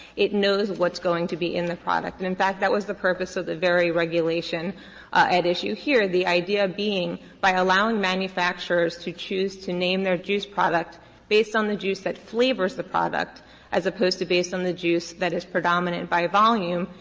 it knows what is going to be in the product. and, in fact, that was the purpose of the very regulation at issue here, the idea being by allowing manufacturers to choose to name their juice product based on the juice that flavors the product as opposed to based on the juice that is predominant by volume,